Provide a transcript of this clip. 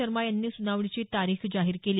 शर्मा यांनी सुनावणीची तारीख जाहीर केली